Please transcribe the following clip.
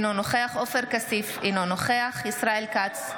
אינו נוכח עופר כסיף, אינו נוכח ישראל כץ,